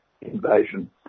invasion